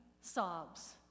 sobs